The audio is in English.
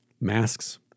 masks